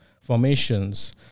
formations